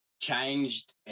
changed